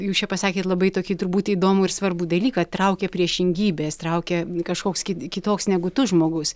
jūs čia pasakėt labai tokį turbūt įdomų ir svarbų dalyką traukia priešingybės traukia kažkoks kitoks negu tu žmogus